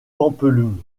pampelune